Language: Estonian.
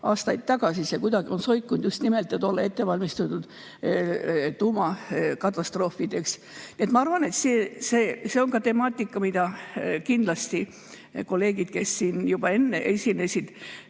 aastaid tagasi – see on kuidagi soikunud –, et just nimelt olla ette valmistatud tuumakatastroofideks. Ma arvan, et see on temaatika, mida kindlasti kolleegid, kes siin juba enne esinesid,